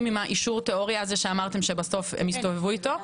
עם אישור התיאוריה הזה שאמרתם שיסתובבו איתו?